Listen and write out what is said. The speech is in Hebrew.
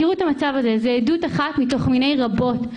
תראו את המצב הזה זאת עדות אחת מיני רבות,